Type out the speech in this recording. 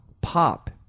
pop